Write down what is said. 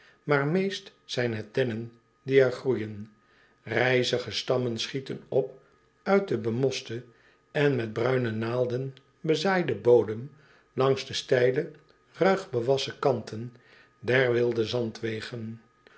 maar meest zijn het dennen die er groeijen rijzige stammen schieten op uit den bemosten en met bruine naalden bezaaiden bodem langs de steile ruigbewassen kanten der wilde zandwegen